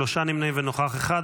שלושה נמנעים ונוכח אחד,